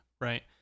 right